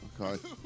Okay